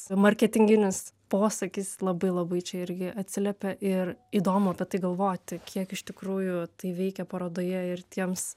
marketinginis posakis labai labai čia irgi atsiliepia ir įdomu apie tai galvoti kiek iš tikrųjų tai veikia parodoje ir tiems